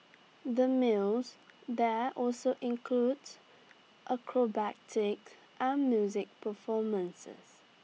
the meals there also include acrobatic and music performances